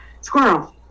squirrel